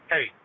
Hey